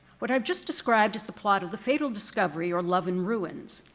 what i've just described as the plot of the fatal discovery, or, love in ruins,